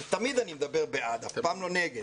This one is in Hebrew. תמיד אני מדבר בעד, אף פעם לא נגד.